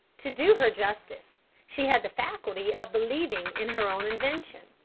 to do her justice, she had the faculty of believing in her own invention,